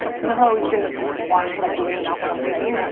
you know how i always say like watch what i'm doing not what i'm saying?